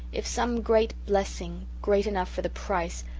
if some great blessing, great enough for the price,